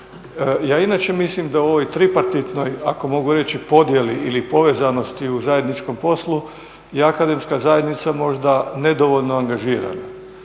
Ja inače mislim da u ovoj tripartitnoj, ako mogu reći, podijeli ili povezanosti u zajedničkom poslu je akademska zajednica možda nedovoljno angažirana